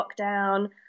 lockdown